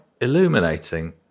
illuminating